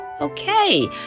Okay